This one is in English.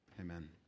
Amen